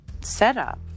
setup